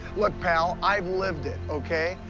look, pal, i've lived it, okay?